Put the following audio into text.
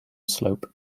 slope